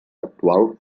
actual